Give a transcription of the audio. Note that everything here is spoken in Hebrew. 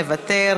מוותר.